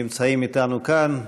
שנמצאים איתנו כאן.